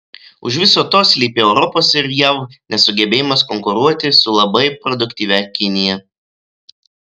už viso to slypi europos ir jav nesugebėjimas konkuruoti su labai produktyvia kinija